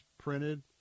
printed